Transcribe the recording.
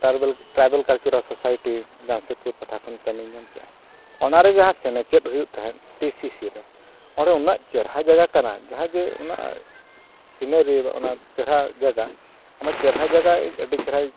tribal tribal cultural society Jamshedpur ᱯᱟᱦᱴᱟ ᱠᱷᱚᱱ ᱠᱟᱹᱢᱤᱧ ᱧᱟᱢ ᱠᱮᱫᱼᱟ ᱚᱱᱟ ᱨᱮ ᱡᱟᱦᱟᱸ ᱥᱮᱱᱮᱪᱮᱫ ᱦᱩᱭᱩᱜ ᱛᱟᱦᱮᱸᱫ ᱴᱤ ᱥᱤ ᱥᱤ ᱨᱮ ᱚᱸᱰᱮ ᱩᱱᱟᱹᱜ ᱪᱮᱦᱨᱟ ᱡᱟᱭᱜᱟ ᱠᱟᱱᱟ ᱡᱟᱦᱟᱸᱭ ᱡᱮ ᱩᱱᱟᱹᱜ ᱥᱤᱱᱟᱹᱨᱤ ᱚᱱᱟ ᱪᱮᱦᱨᱟ ᱡᱟᱭᱜᱟ ᱚᱱᱟ ᱪᱮᱦᱨᱟ ᱡᱟᱭᱜᱟ ᱤᱧ ᱟᱹᱰᱤ ᱪᱮᱦᱨᱟ ᱤᱧ